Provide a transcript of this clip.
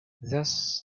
thus